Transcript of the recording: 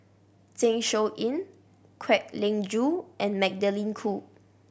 Zeng Shouyin Kwek Leng Joo and Magdalene Khoo